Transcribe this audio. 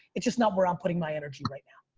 it's just not where i'm putting my energy right now.